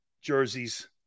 jerseys